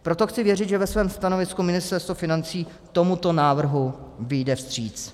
Proto chci věřit, že ve svém stanovisku vyjde Ministerstvo financí tomuto návrhu vstříc.